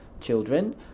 children